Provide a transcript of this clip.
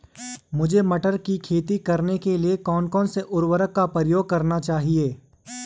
मुझे मटर की खेती करने के लिए कौन कौन से उर्वरक का प्रयोग करने चाहिए?